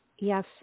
Yes